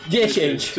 Dziesięć